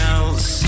else